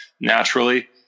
naturally